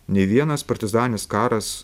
nė vienas partizaninis karas